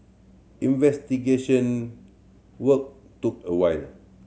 investigation work took a wine